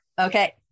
Okay